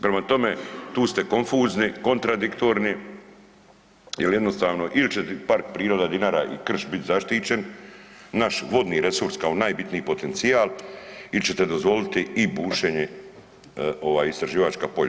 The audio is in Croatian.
Prema tome, tu ste konfuzni, kontradiktorni jel jednostavno il će Park prirode Dinara i krš bit zaštićen, naš vodni resurs kao najbitniji potencijal il ćete dozvoliti i bušenje ova istraživačka polja.